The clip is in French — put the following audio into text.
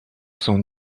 son